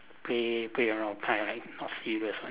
play play around kind not serious